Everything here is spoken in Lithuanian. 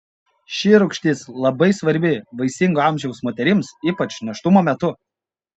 ši rūgštis labai svarbi vaisingo amžiaus moterims ypač nėštumo metu